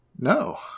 No